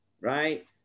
right